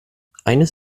eines